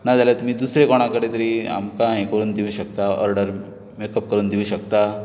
ना जाल्यार तुमी दुसरे कोणा कडेन तरी आमकां हें करून दिवूंक शकता ऑर्डर करून दिवूंक शकता